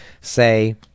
say